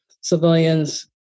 civilians